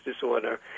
disorder